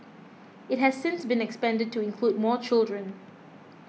it has since been expanded to include more children